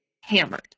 hammered